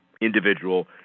individual